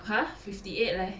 !huh! fifty eight leh